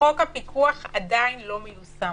חוק הפיקוח עדיין לא מיושם.